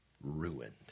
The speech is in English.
ruined